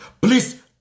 Please